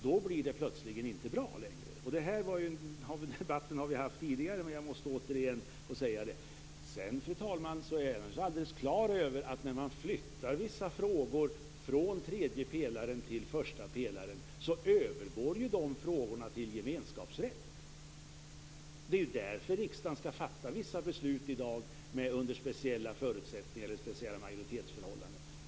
Vi har fört den här debatten tidigare, men jag måste återigen få säga detta. Jag är vidare, fru talman, alldeles klar över att det när man flyttar över vissa frågor från tredje pelaren till första pelaren i dessa frågor sker en övergång till gemenskapsrätt. Det är därför som riksdagen i dag skall fatta vissa beslut under speciella majoritetsförhållanden.